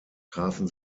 trafen